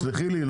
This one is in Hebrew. תסלחי לי,